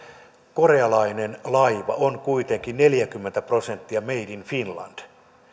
korealainen laiva on kuitenkin neljäkymmentä prosenttia made in finland